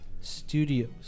studios